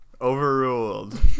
Overruled